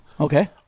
Okay